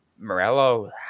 Morello